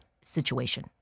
situation